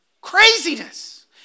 Craziness